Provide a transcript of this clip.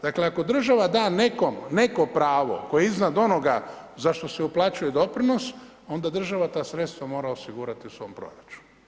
Dakle, ako država da nekome neko pravo koje iznad onoga za što se uplaćuje doprinos, onda država ta sredstva mora osigurati u svom proračunu.